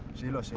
shilo. so